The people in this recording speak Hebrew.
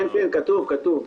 כתוב.